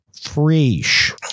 fresh